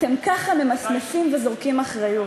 אתם ככה ממסמסים וזורקים אחריות.